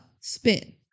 spin